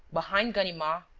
behind ganimard,